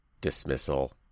dismissal